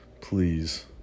please